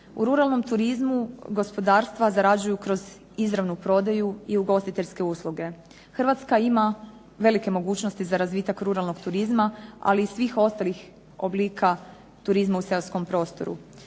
U ruralnom turizmu gospodarstva zarađuju kroz izravnu prodaju i ugostiteljske usluge. Hrvatska ima velike mogućnosti za razvitak ruralnog turizma, ali i svih ostalih oblika turizma u seoskom prostoru.